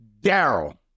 Daryl